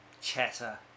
Chatter